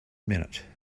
minute